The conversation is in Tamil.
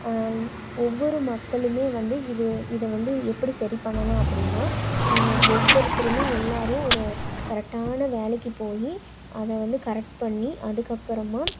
ஒவ்வொரு மக்களுமே வந்து இது இதை வந்து எப்படி சரிபண்ணலாம் அப்படின்னா ஒவ்வொருத்தருமே எல்லாேரும் ஒரு கரெக்டான வேலைக்கு போய் அதை வந்து கரெக்ட் பண்ணி அதுக்கப்புறமா